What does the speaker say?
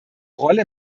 rolle